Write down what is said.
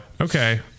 Okay